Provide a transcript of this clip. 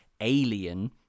alien